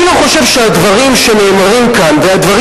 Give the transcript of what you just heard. אני לא חושב שהדברים שנאמרים כאן והדברים